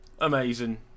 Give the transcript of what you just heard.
amazing